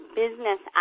business